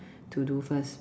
to do first